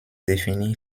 défini